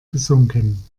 gesunken